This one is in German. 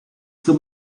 zum